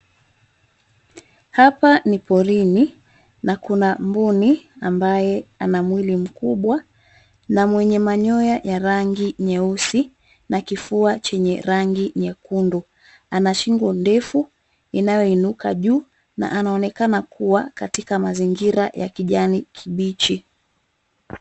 Hapa ni porini na kuna mbuni ambaye ana mwili mkubwa na mwenye manyoya ya rangi nyeusi na kifua chenye rangi nyekundu. Ana shingo ndefu inayoinuka juu na anaonekana kuwa katika mazingira ya kijani kibichi.